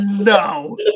No